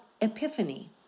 Epiphany